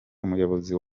umuyobozi